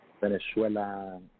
Venezuela